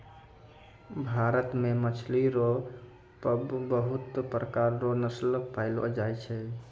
भारत मे मछली रो पबहुत प्रकार रो नस्ल पैयलो जाय छै